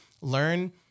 learn